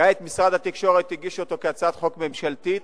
כעת משרד התקשורת הגיש אותו כהצעת חוק ממשלתית.